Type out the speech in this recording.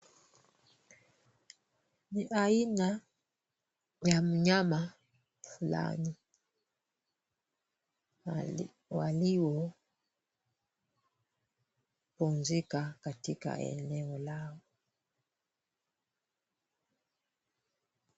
Ni aina ya mnyama fulani waliopumzika katika eneo lao.